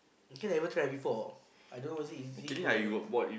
I think never try before I don't know was is it good or not